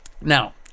Now